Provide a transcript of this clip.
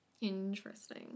interesting